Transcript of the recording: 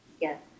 Yes